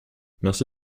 merci